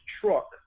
truck